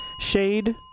Shade